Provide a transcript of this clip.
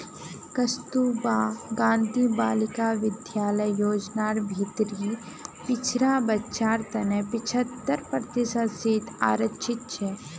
कस्तूरबा गांधी बालिका विद्यालय योजनार भीतरी पिछड़ा बच्चार तने पिछत्तर प्रतिशत सीट आरक्षित छे